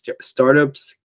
startups